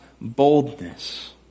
boldness